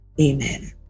Amen